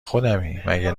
خودمی، مگه